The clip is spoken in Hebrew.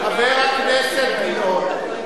חבר הכנסת גילאון,